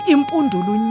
Impundulu